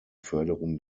förderung